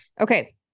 Okay